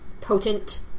potent